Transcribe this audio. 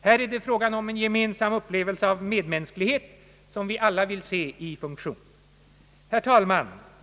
Här är det fråga om en gemensam upplevelse av medmänsklighet, som vi alla vill se i funktion. Herr talman!